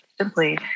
simply